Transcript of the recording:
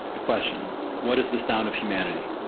a question what is the sound of humanity?